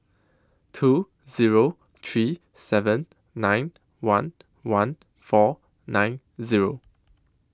two Zero three seven nine one one four nine Zero